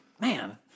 man